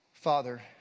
Father